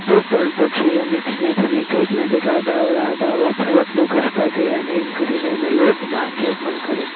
તો પણ પછી અમે ધીમે ધીમે કંઈકના કંઈક આડાઅવળા આડાઅવળા પ્રયત્નો કરતા ગયાને એમ કરીને અમે લોટ બાંધ્યો પણ ખરો